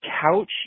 couch